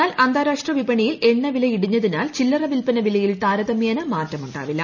എന്നാൽ അന്താരാഷ്ട്ര വിപണിയിൽ എണ്ണവില ഇടിഞ്ഞതിനാൽ ചില്ലറ വിൽപ്പന വിലയിൽ താരതമ്യേന മാറ്റമുണ്ടാവില്ല